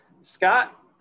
scott